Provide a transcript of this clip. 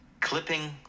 Clipping